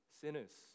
sinners